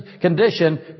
condition